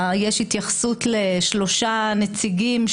תודה